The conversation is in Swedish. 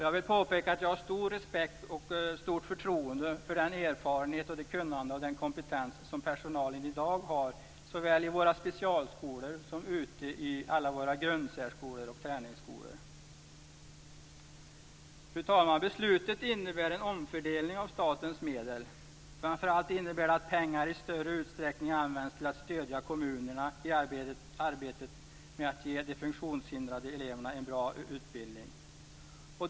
Jag vill påpeka att jag har stor respekt och stort förtroende för den erfarenhet, det kunnande och den kompetens som personalen i dag har såväl i våra specialskolor som ute i alla våra grundsärskolor och träningssärskolor. Fru talman! Beslutet innebär en omfördelning av statens medel. Framför allt innebär det att pengar i större utsträckning används till att stödja kommunerna i arbetet med att ge de funktionshindrade eleverna en bra utbildning.